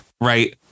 right